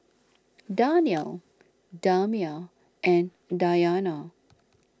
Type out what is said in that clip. Danial Damia and Dayana